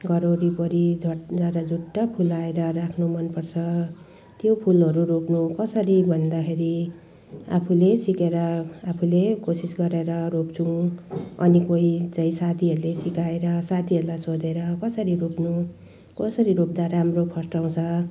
घर वरिपरि झ्वाट झ्वारझुट्ट फुलाएर राख्नु मनपर्छ त्यो पुलहरू रोप्नु कसरी भन्दाखेरि आफूले सिकेर आफूले कोसिस गरेर रोप्छु अनि कोही चाहिँ साथीहरूले सिकाएर साथीहरूलाई सोधेर कसरी रोप्नु कसरी रोप्दा राम्रो फस्टाउँछ